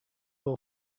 will